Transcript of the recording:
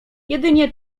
jedynie